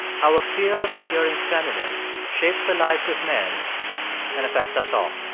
how a fear of appearing feminine shapes the lives of men and affects us all